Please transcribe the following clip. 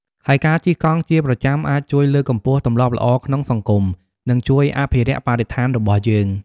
ហើយការជិះកង់ជាប្រចាំអាចជួយលើកកម្ពស់ទម្លាប់ល្អក្នុងសង្គម និងជួយអភិរក្សបរិស្ថានរបស់យើង។